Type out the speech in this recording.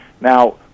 Now